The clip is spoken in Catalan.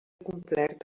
complert